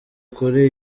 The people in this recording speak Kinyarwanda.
kuri